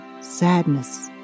sadness